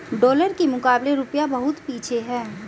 dollar के मुकाबले रूपया बहुत पीछे है